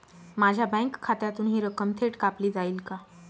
माझ्या बँक खात्यातून हि रक्कम थेट कापली जाईल का?